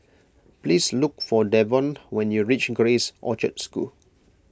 please look for Davonte when you reach Grace Orchard School